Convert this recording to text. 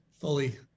fully